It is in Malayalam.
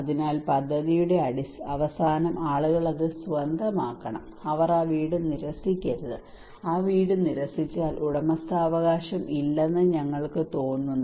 അതിനാൽ പദ്ധതിയുടെ അവസാനം ആളുകൾ അത് സ്വന്തമാക്കണം അവർ ആ വീട് നിരസിക്കരുത് അവർ ആ വീട് നിരസിച്ചാൽ ഉടമസ്ഥാവകാശം ഇല്ലെന്ന് ഞങ്ങൾക്ക് തോന്നുന്നു